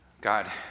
God